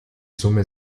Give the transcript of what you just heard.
summe